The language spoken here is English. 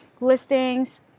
listings